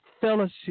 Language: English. fellowship